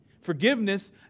forgiveness